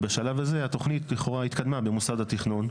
ובשלב הזה התוכנית התקדמה במוסד התכנון,